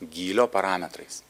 gylio parametrais